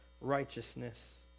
righteousness